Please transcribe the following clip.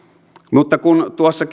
mutta kun tuossa